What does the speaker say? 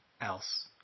else